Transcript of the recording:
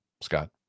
Scott